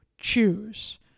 choose